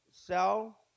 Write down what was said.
Sell